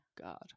God